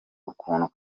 ukuntu